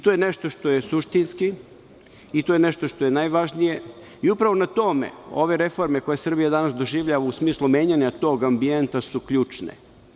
To je nešto što je suštinski i to je nešto što je najvažnije i upravo na tome ove reforme, koje Srbija danas doživljava u smislu menjanja tog ambijenta, su ključne.